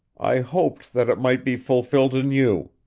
i hoped that it might be fulfilled in you